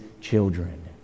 children